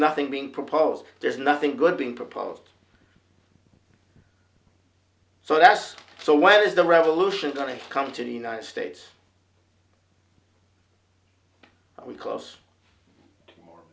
nothing being proposed there's nothing good being proposed so that's so where is the revolution going to come to the united states because